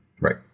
Right